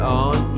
on